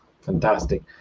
fantastic